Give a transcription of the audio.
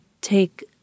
take